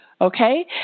okay